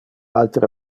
altere